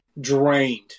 drained